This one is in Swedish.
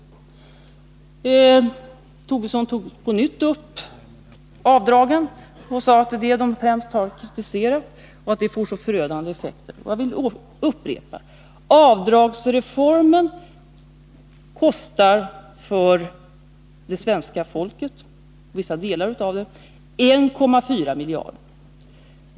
Lars Tobisson tog på nytt upp avdragen och sade att vad moderaterna främst har kritiserat är att dessa får så förödande effekter. Jag upprepar: Avdragsreformen kostar — för vissa delar av svenska folket — 1,4 miljarder.